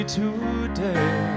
today